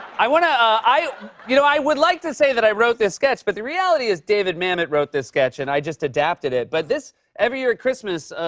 i want to i you know, i would like to say that i wrote this sketch, but the reality is david mamet wrote this sketch, and i just adapted it. but this every year at christmas,